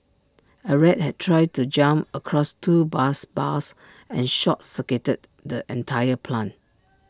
A rat had tried to jump across two bus bars and short circuited the entire plant